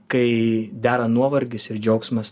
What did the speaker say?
kai dera nuovargis ir džiaugsmas